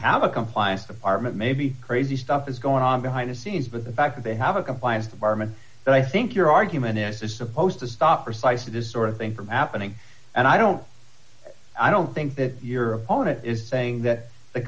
have a compliance department maybe crazy stuff is going on behind the scenes but the fact that they have a compliance department that i think your argument is this supposed to stop precisely this sort of thing from happening and i don't i don't think that your opponent is saying that the